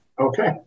Okay